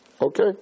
Okay